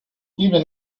even